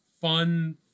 fun